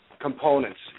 components